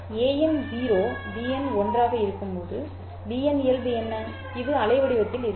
an 0 bn 1 ஆக இருக்கும்போது bn இயல்பு என்ன இது அலைவடிவத்தில் இருக்கும்